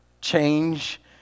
change